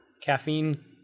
caffeine